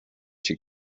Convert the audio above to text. she